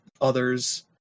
others